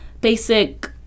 basic